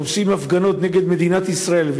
שעושים הפגנות נגד מדינת ישראל,